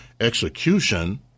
execution